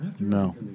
No